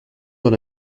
dans